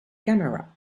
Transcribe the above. camera